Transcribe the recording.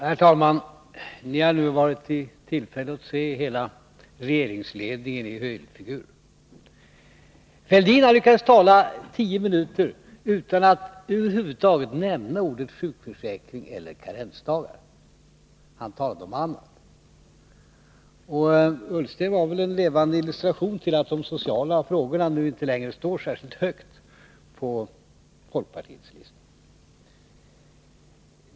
Herr talman! Vi har nu varit i tillfälle att se regeringsledningen i helfigur. Thorbjörn Fälldin lyckades tala i tio minuter utan att över huvud taget nämna orden sjukförsäkring eller karensdagar. Han talade om annat. Ola Ullsten var en levande illustration till att de sociala frågorna nu inte längre står särskilt högt på folkpartiets lista.